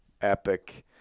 epic